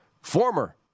former